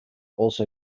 also